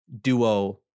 duo